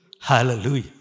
Hallelujah